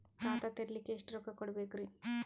ಖಾತಾ ತೆರಿಲಿಕ ಎಷ್ಟು ರೊಕ್ಕಕೊಡ್ಬೇಕುರೀ?